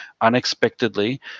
unexpectedly